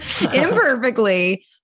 imperfectly